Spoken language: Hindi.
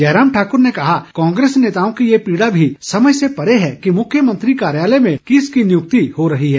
जयराम ठाक्र ने कहा कि कांग्रेस नेताओं की ये पीड़ा भी समझ से परे है कि मुख्यमंत्री कार्यालय में किस की नियुक्ति हो रही है